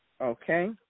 Okay